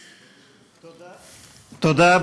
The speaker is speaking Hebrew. תודה.